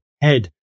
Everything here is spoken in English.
head